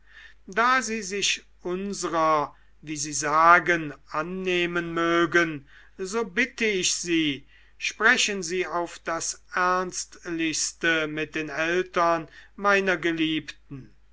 da sie sich unsrer wie sie sagen annehmen mögen so bitte ich sie sprechen sie auf das ernstlichste mit den eltern meiner geliebten